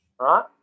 right